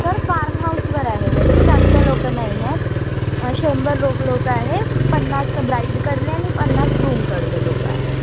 sir farm हाऊसवर आहे wedding जास्त लोक नाही आहेत शंभर लोक लोक आहे पन्नास ब्राईडकडले आणि पन्नास ग्रुमकडले लोक आहे